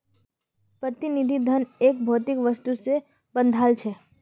प्रतिनिधि धन एक भौतिक वस्तु से बंधाल छे